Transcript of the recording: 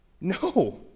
No